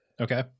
Okay